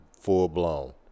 full-blown